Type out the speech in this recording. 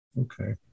Okay